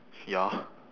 ya